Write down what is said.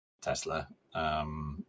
Tesla